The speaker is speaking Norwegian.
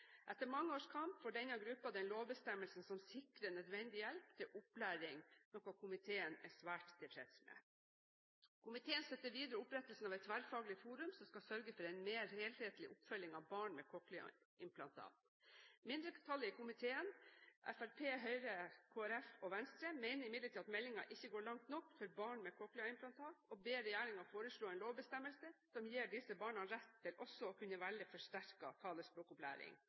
Etter mange års kamp får denne gruppen den lovbestemmelsen som sikrer nødvendig hjelp til opplæring, noe komiteen er svært tilfreds med. Komiteen støtter videre opprettelsen av et tverrfaglig forum som skal sørge for en mer helthetlig oppfølging av barn med cochlea-implantat. Mindretallet i komiteen, Fremskrittspartiet, Høyre, Kristelig Folkeparti og Venstre, mener imidlertid at meldingen ikke går langt nok for barn med cochlea-implantat, og ber regjeringen foreslå en lovbestemmelse som gir disse barna rett til også å kunne velge